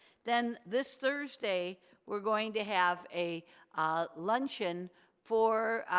then this thursday we're going to have a luncheon for